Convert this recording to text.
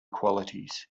qualities